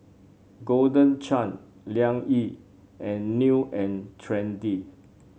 Golden Chance Liang Yi and New And Trendy